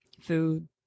food